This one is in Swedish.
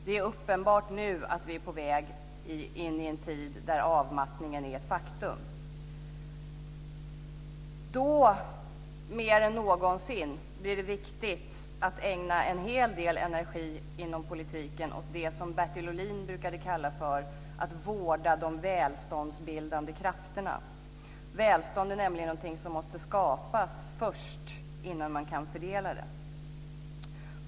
Det är nu uppenbart att vi är på väg in i en tid där avmattningen är ett faktum. Då mer än någonsin blir det viktigt att ägna en hel del energi inom politiken åt det som Bertil Ohlin brukade kalla för att vårda de välståndsbildande krafterna. Välstånd är nämligen någonting som måste skapas innan man kan fördela det.